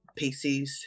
PCs